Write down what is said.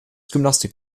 gymnastik